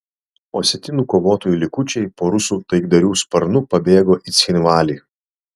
osetinų kovotojų likučiai po rusų taikdarių sparnu pabėgo į cchinvalį